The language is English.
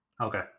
Okay